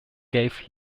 gave